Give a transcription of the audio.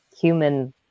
human